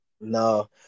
No